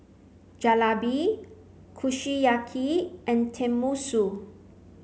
Jalebi Kushiyaki and Tenmusu